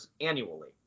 annually